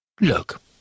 Look